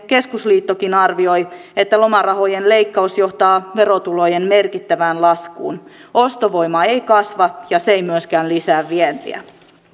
keskusliittokin arvioi että lomarahojen leikkaus johtaa verotulojen merkittävään laskuun ostovoima ei kasva ja se ei myöskään lisää vientiä